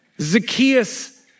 Zacchaeus